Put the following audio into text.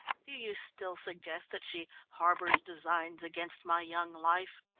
do you still suggest that she harbours designs against my young life?